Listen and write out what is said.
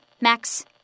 Max